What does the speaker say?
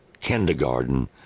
kindergarten